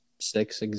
six